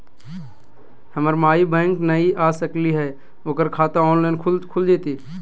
हमर माई बैंक नई आ सकली हई, ओकर खाता ऑनलाइन खुल जयतई?